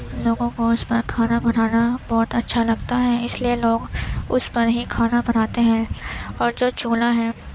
لوگوں کو اس پر کھانا بنانا بہت اچھا لگتا ہے اس لیے لوگ اس پر ہی کھانا بناتے ہیں اور جو چولہا ہے